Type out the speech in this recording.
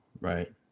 Right